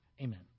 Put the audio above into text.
Amen